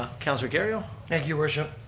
councillor kerrio. thank you worship.